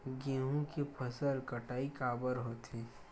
गेहूं के फसल कटाई काबर होथे?